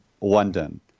London